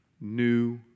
new